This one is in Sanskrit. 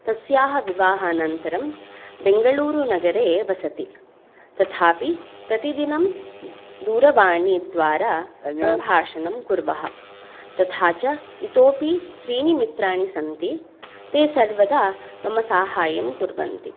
तस्याः विवाहानन्तरं बेङ्गळूरुनगरे वसति तथापि प्रतिदिनं दूरवाणीद्वारा सम्भाषणं कुर्वः तथा च इतोऽपि त्रीणि मित्राणि सन्ति ते सर्वदा मम साहाय्यं कुर्वन्ति